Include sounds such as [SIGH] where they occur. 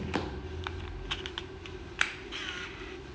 [NOISE]